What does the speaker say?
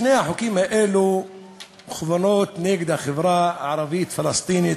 שני החוקים האלה מכוונים נגד החברה הערבית הפלסטינית.